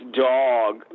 dog